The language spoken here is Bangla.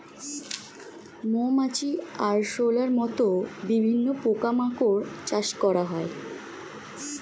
মৌমাছি, আরশোলার মত বিভিন্ন পোকা মাকড় চাষ করা হয়